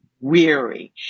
weary